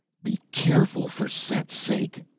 be careful, for set's sake!